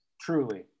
Truly